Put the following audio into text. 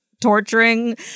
torturing